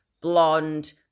blonde